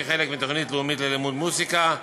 כחלק מתוכנית לאומית ללימוד מוזיקה,